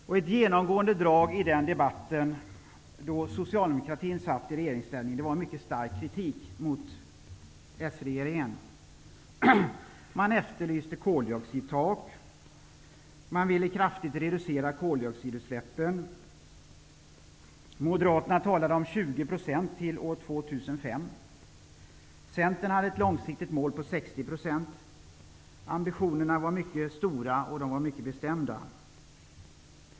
Ett genomgående drag i debatten när socialdemokraterna satt i regeringsställning var en mycket stark kritik mot den socialdemokratiska regeringen. Man efterlyste koldioxidtak och man ville kraftigt reducera koldioxidutsläppen. Moderaterna talade om 20 % till år 2005. Centern hade ett långsiktigt mål på 60 %. Ambitionerna var mycket stora och bestämda.